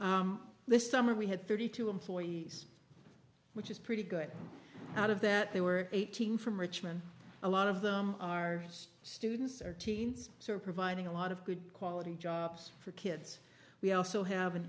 this summer we had thirty two employees which is pretty good out of that they were eighteen from richmond a lot of them are just students or teens so providing a lot of good quality jobs for kids we also have an